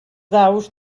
daus